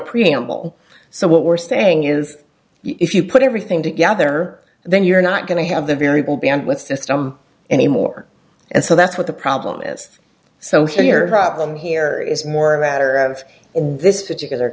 preamble so what we're saying is if you put everything together then you're not going to have the variable be armed with system anymore and so that's what the problem is so here robin here is more a matter of in this particular